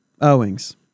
Owings